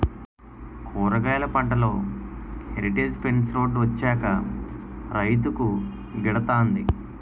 కూరగాయలు పంటలో heritage fence road వచ్చాక రైతుకు గిడతంది